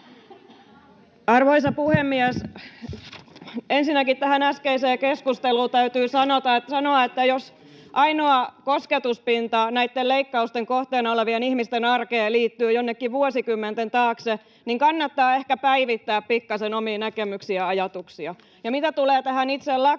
Arvoisa puhemies! Ensinnäkin tähän äskeiseen keskusteluun täytyy sanoa, että jos ainoa kosketuspinta näitten leikkausten kohteena olevien ihmisten arkeen liittyy jonnekin vuosikymmenten taakse, niin kannattaa ehkä päivittää pikkasen omia näkemyksiä ja ajatuksia. Mitä tulee tähän itse lakiin,